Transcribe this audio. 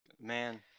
Man